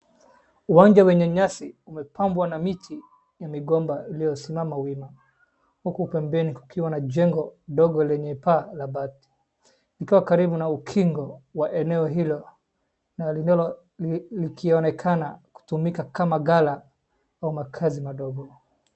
Uwanja wenye nyasi umepambwa na miti ya migomba iliyosimama wima, huku pembeni kukiwa na jengo dogo lenye paa la bati, ikiwa karibu na ukingo wa eneo hilo, likionekana kutumika kama gala au makazi madogo.